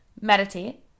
meditate